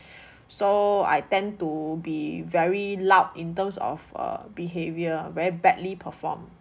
so I tend to be very loud in terms of uh behaviour very badly perform